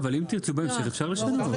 אבל אם תרצו בהמשך אפשר לשנות.